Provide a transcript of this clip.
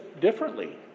differently